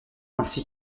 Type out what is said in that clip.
ainsi